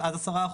עד 10%,